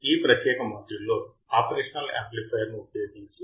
ఈ ప్రత్యేక మాడ్యూల్లో ఆపరేషనల్ యాంప్లిఫైయర్ను ఉపయోగించి